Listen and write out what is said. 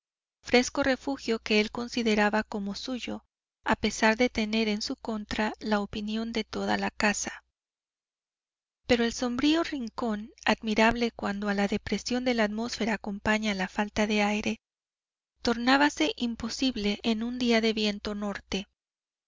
fresco refugio que él consideraba como suyo a pesar de tener en su contra la opinión de toda la casa pero el sombrío rincón admirable cuando a la depresión de la atmósfera acompaña la falta de aire tornábase imposible en un día de viento norte